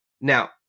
Now